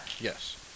Yes